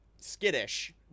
skittish